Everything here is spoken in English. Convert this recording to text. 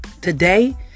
Today